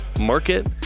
market